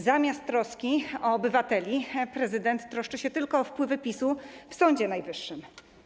Zamiast troszczyć się o obywateli, prezydent troszczy się tylko o wpływy PiS-u w Sądzie Najwyższym.